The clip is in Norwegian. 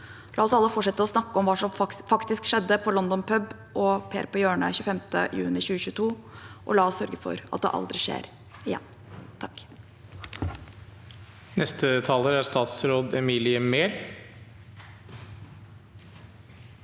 La oss alle fortsette å snakke om hva som faktisk skjedde på London Pub og Per på Hjørnet 25. juni 2022, og la oss sørge for at det aldri skjer igjen.